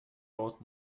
old